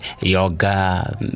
yoga